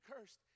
cursed